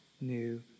new